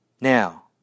Now